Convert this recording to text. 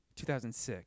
2006